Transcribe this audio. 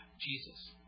Jesus